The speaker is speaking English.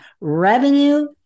revenue